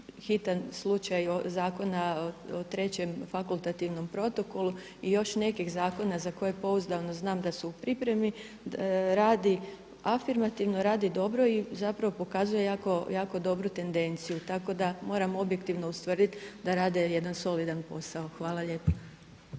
hitan slučaj Zakona o trećem fakultativnom protokolu i još nekih zakona za koje pouzdano znam da su u pripremi radi afirmativno, radi dobro i pokazuje jako dobru tendenciju. Tako da moram objektivno ustvrditi da rade jedan solidan posao. Hvala lijepo.